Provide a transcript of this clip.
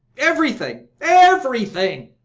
everything, everything!